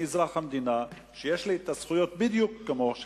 אני אזרח המדינה ויש לי זכויות בדיוק כמו שלך.